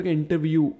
interview